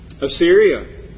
Assyria